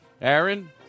Aaron